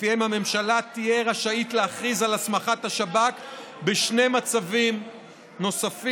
שלפיה הממשלה תהיה רשאית להכריז על הסמכת השב"כ בשני מצבים נוספים: